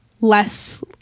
less